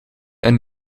een